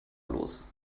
los